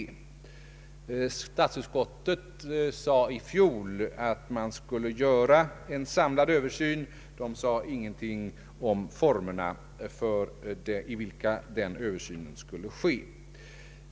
Statsutskottet sade i fjol att man borde göra en samlad översyn, men utskottet sade ingenting om formerna för hur en sådan översyn borde ske.